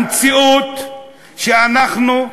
המציאות היא שאנחנו,